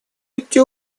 эти